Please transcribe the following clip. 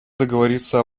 договориться